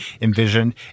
envisioned